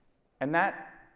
and that,